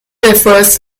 refers